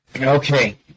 Okay